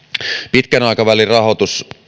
pitkän aikavälin rahoitus